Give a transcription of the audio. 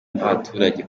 n’abaturage